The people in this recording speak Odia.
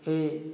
ଏ